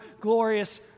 glorious